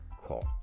caught